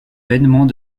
vainement